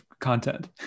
content